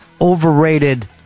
overrated